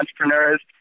entrepreneurs